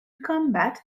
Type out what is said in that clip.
combat